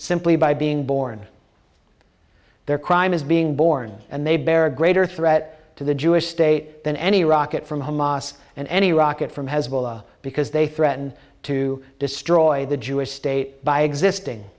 simply by being born their crime is being born and they bear a greater threat to the jewish state than any rocket from hamas and any rocket from hezbollah because they threaten to destroy the jewish state by existing